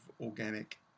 organic